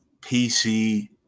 PC